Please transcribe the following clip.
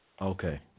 Okay